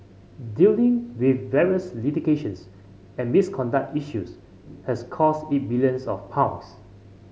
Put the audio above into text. dealing with various litigations and misconduct issues has cost it billions of pounds